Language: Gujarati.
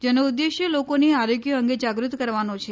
જેનો ઉદ્દેશ લોકોને આરોગ્ય અંગે જાગૃત કરવાનો છે